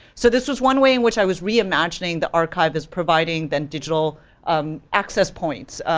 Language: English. so this was one way in which i was re-imagining the archive is providing then digital um access points.